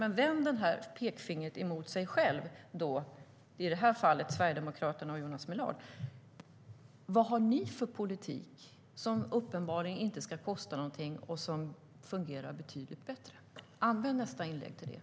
Man kan vända pekfingret mot sig själv, i det här fallet mot Sverigedemokraterna och Jonas Millard. Vad har ni för politik som uppenbarligen inte ska kosta någonting och som fungerar betydligt bättre? Använd nästa inlägg till det!